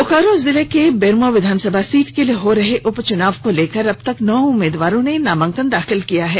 बोकारो जिले के बेरमो विधानसभा सीट के लिए हो रहे उपचुनाव को लेकर अबतक नौ उम्मीदवारों ने नामांकन दाखिल किया है